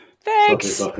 Thanks